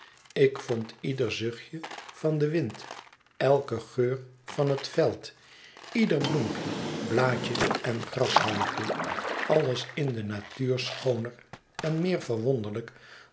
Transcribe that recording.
ik vond ieder zuchtje van den wind eiken geur van het veld ieder bloempje blaadje en grashalmpje alles in de natuur schooner en meer verwonderlijk